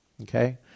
Okay